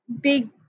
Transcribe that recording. big